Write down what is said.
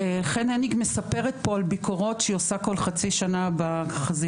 חן הניג מספרת פה על ביקורות שהיא עושה כל חצי שנה בחזיריות,